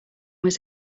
was